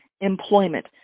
employment